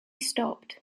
stopped